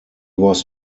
was